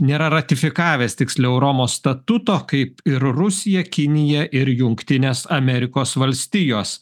nėra ratifikavęs tiksliau romos statuto kaip ir rusija kinija ir jungtinės amerikos valstijos